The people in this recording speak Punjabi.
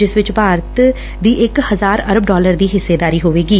ਜਿਸ ਵਿਚ ਭਾਰਤ ਦੀ ਇਕ ਹਜ਼ਾਰ ਅਰਬ ਡਾਲਰ ਦੀ ਹਿੱਸੇਦਾਰੀ ਹੋਵੇਗੀ